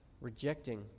rejecting